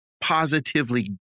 positively